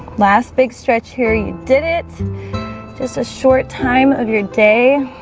last big stretch here. you did it just a short time of your day